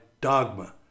dogma